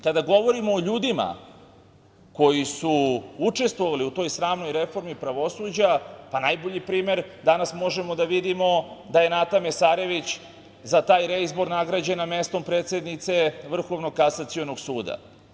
Kada govorimo o ljudima koji su učestvovali u toj sramnoj reformi pravosuđa, pa najbolji primer možemo danas da vidimo da je Nata Mesarević za taj reizbor nagrađena mesto predsednice Vrhovnog kasacionog suda.